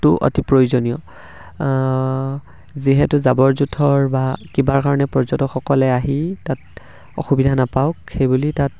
টো অতি প্ৰয়োজনীয় যিহেতু জাবৰ জোঁথৰ বা কিবা কাৰণে পৰ্যটকসকলে আহি তাত অসুবিধা নাপাওক সেইবুলি তাত